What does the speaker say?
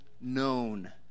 Known